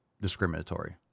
discriminatory